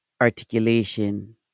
articulation